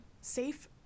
safe